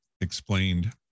explained